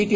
T